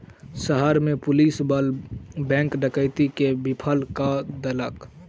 शहर में पुलिस बल बैंक डकैती के विफल कय देलक